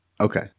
Okay